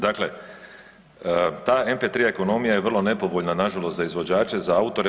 Dakle, ta MP3 ekonomija je vrlo nepovoljna na žalost za izvođače, za autore.